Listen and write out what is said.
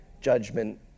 judgment